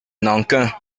nankin